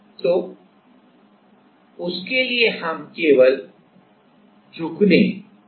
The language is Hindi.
तो उसके लिए हम केवल झुकने को लेंगे